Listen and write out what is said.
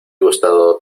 gustado